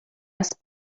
must